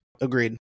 agreed